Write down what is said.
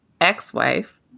ex-wife